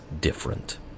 different